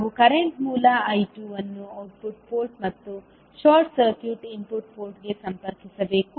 ನಾವು ಕರೆಂಟ್ ಮೂಲ I2 ಅನ್ನು ಔಟ್ಪುಟ್ ಪೋರ್ಟ್ ಮತ್ತು ಶಾರ್ಟ್ ಸರ್ಕ್ಯೂಟ್ ಇನ್ಪುಟ್ ಪೋರ್ಟ್ಗೆ ಸಂಪರ್ಕಿಸಬೇಕು